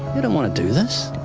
you don't want to do this.